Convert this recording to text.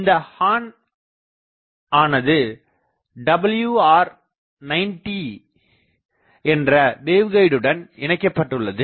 இந்த ஹார்ன் ஆனது WR 90 என்ற வேவ்கைடுடன் இணைக்கப்பட்டுள்ளது